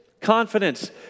confidence